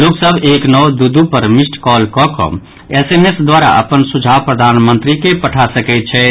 लोक सभ एक नओ दू दू पर मिस कॉल कऽ कऽ एसएमएसक द्वारा अपन सुझाव प्रधानमंत्री के पठा सकैत छथि